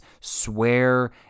swear